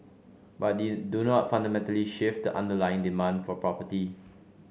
but they do not fundamentally shift the underlying demand for property